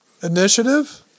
Initiative